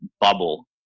bubble